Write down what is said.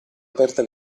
aperte